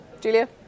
Julia